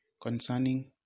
concerning